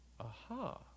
Aha